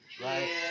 right